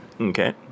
Okay